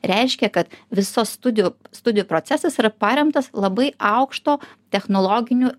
reiškia kad visos studijų studijų procesas yra paremtas labai aukšto technologinių